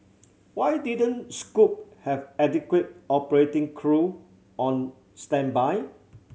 why didn't Scoot have adequate operating crew on standby